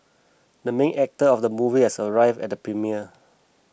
the main actor of the movie has arrived at the premiere